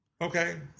Okay